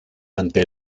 ante